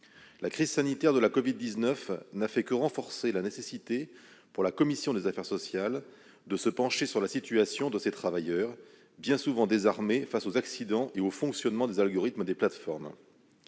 La crise sanitaire de la Covid-19 n'a fait que renforcer la nécessité pour la commission des affaires sociales de se pencher sur la situation de ces travailleurs bien souvent désarmés face aux accidents et au fonctionnement des algorithmes des plateformes.